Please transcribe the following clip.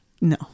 No